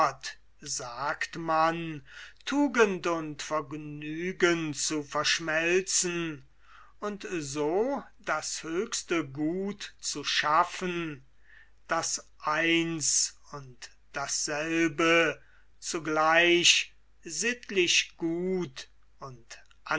sagt man tugend und vergnügen zu verschmelzen und so das höchste gut zu schaffen daß eins und dasselbe zugleich sittlich gut und